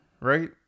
right